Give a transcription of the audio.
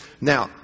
Now